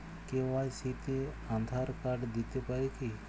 KYC তে Aadhaar card দিতে পারি কি?